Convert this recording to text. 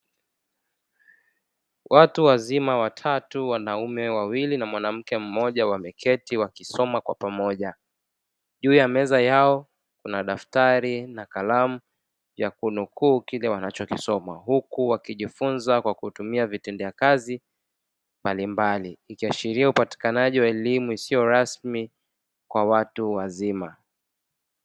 Watu wazima watatu wanaume wawili na mwanamke mmoja wameketi wakisoma kwa pamoja, juu ya meza yao kuna daftari na kalamu ya kunukuu kile wanachokisoma huku wakijifunza kwa kutumia vitendea kazi mbalimbali ikiashiria upatikanaji wa elimu isiyo rasmi kwa watu wazima.